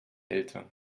eltern